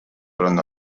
fueron